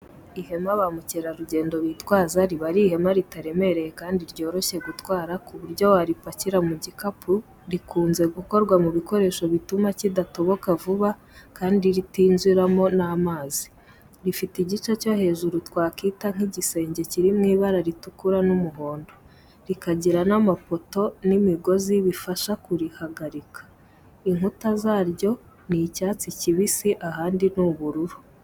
Ihema ba mukerarugendo bitwaza riba ari ihema ritaremereye kandi ryoroshye gutwara ku buryo waripakira mu gikapu, rikunze gukorwa mu bikoresho bituma kidatoboka vuba kandi ritinjirwamo n’amazi. Rifite igice cyo hejuru twakita nk'igisenge kiri mu ibara ritukura n'umuhondo, rikagira n'amapoto n'imigozi bifasha kurihagarika. Inkuta zaryo ni icyatsi kibisi ahandi ni ubururu.